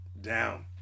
down